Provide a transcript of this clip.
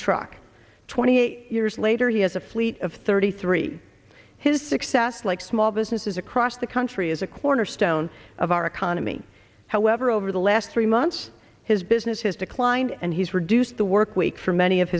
truck twenty eight years later he has a fleet of thirty three his success like small businesses across the country is a cornerstone of our economy however over the last three months his business has declined and he's reduced the work week for many of